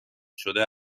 شده